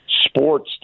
sports